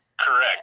Correct